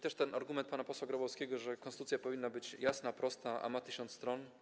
Też padł argument pana posła Grabowskiego, że konstytucja powinna być jasna, prosta, a ma tysiąc stron.